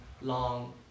long